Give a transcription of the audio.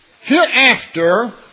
Hereafter